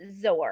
Zor